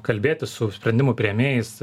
kalbėtis su sprendimų priėmėjais